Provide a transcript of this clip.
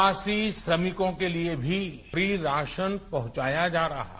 प्रवासी श्रमिकों के लिए भी फ्री राशन पहुंचाया जा रहा है